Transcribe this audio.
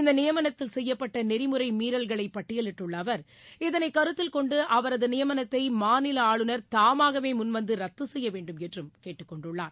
இந்த நியமனத்தில் செய்யப்பட்ட நெறிமுறை மீறல்களை பட்டியலிட்டுள்ள அவர் இதனை கருத்தில் கொண்டு அவரது நியமனத்தை மாநில ஆளுநர் தாமாகவே முன்வந்து ரத்து செய்ய வேண்டும் என்றும் கேட்டுக் கொண்டுள்ளார்